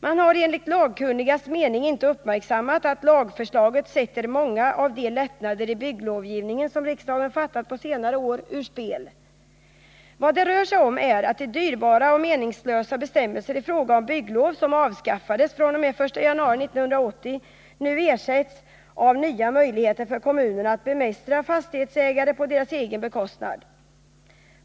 Man har enligt lagkunnigas mening inte uppmärksammat att lagförslaget sätter ur spel många av de lättnader i bygglovgivningen som riksdagen på senare år fattat beslut om. Vad det rör sig om är att de dyrbara och meningslösa bestämmelser i fråga om bygglov som avskaffades fr.o.m. den 1 januari 1980 nu ersätts av nya möjligheter för kommunerna att bemästra fastighetsägare på deras egen bekostnad.